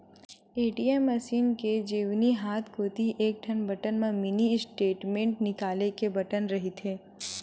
ATM machine के जेवनी हाथ कोती एकठन बटन म मिनी स्टेटमेंट निकाले के बटन रहिथे